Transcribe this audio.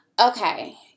Okay